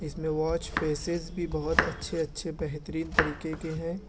اس میں watch faces بھی بہت اچھے اچھے بہترین طریقے کے ہیں